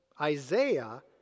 Isaiah